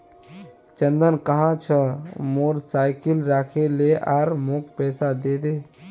चंदन कह छ मोर साइकिल राखे ले आर मौक पैसा दे दे